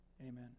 Amen